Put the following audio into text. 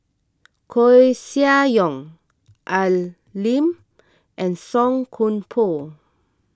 Koeh Sia Yong Al Lim and Song Koon Poh